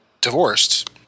divorced